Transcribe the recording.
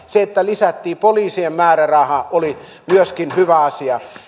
se että lisättiin poliisien määrärahaa oli myöskin hyvä asia